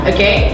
Okay